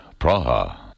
Praha